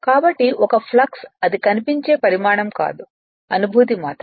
కాబట్టి ఒక ఫ్లక్స్ అది కనిపించే పరిమాణం కాదు అనుభూతి మాత్రమే